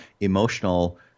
emotional